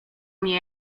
mię